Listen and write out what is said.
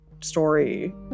story